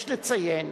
יש לציין